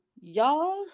y'all